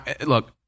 look